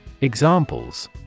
Examples